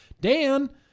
Dan